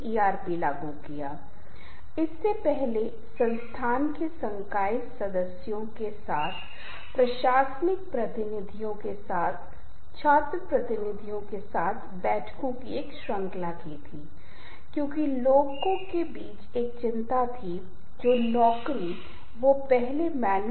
इसी तरह रिश्ते को समय समय पर रखरखाव की आवश्यकता होती है और हम यह कैसे बनाए रख सकते हैं अगर हम चाहते हैं कि हमारा रिश्ता हमारे रिश्ते को आजीवन के लिए लंबी अवधि के लिए चलना चाहिए तो क्या यह अंतरंग है या अन्यथा औपचारिक संबंध हमें रखरखाव करना है और वो क्या है